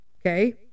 okay